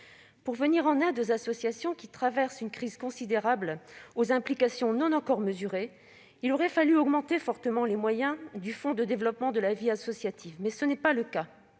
Pour venir en aide aux associations, qui traversent une crise considérable, aux implications non encore mesurées, il aurait fallu augmenter fortement les moyens du Fonds pour le développement de la vie associative. Mais tel n'est pas le cas.